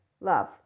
love